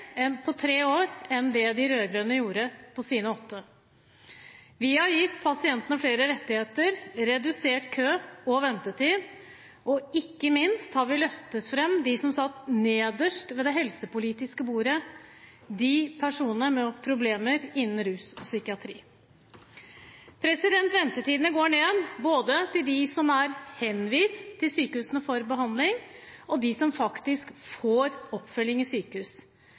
mer på tre år enn det de rød-grønne gjorde på sine åtte. Vi har gitt pasientene flere rettigheter, redusert kø og ventetid, og ikke minst har vi løftet fram dem som satt nederst ved det helsepolitiske bordet, personene med problemer innen rus- og psykiatrifeltet. Ventetidene går ned, både for dem som er henvist til sykehusene for behandling, og for dem som faktisk får oppfølging i sykehus.